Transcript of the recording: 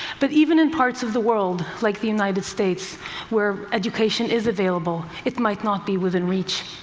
but even in parts of the world like the united states where education is available, it might not be within reach.